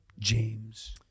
James